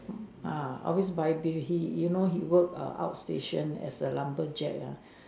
ah always buy beef he you know he work err outstation as a lumberjack ah